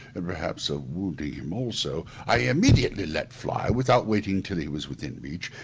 and perhaps of wounding him also. i immediately let fly, without waiting till he was within reach,